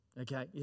okay